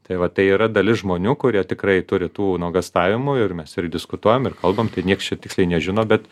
tai va tai yra dalis žmonių kurie tikrai turi tų nuogąstavimų ir mes ir diskutuojam ir kalbam tai nieks čia tiksliai nežino bet